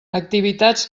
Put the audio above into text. activitats